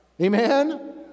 Amen